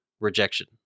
rejection